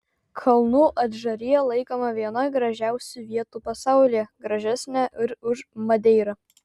kalnų adžarija laikoma viena gražiausių vietų pasaulyje gražesnė ir už madeirą